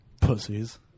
Pussies